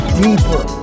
deeper